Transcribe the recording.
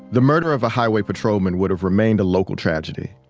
the murder of a highway patrolman would have remained a local tragedy.